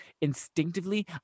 Instinctively